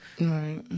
Right